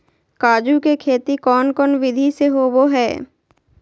काजू के खेती कौन कौन विधि से होबो हय?